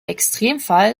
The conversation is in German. extremfall